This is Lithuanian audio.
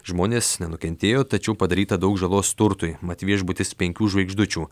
žmonės nenukentėjo tačiau padaryta daug žalos turtui mat viešbutis penkių žvaigždučių